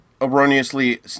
erroneously